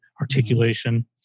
articulation